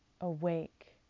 Awake